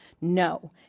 No